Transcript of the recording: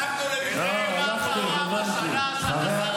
אתה לא היית פעם אחת ליד המשרד שלי.